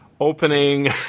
opening